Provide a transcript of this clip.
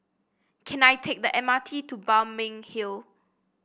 can I take the M R T to Balmeg Hill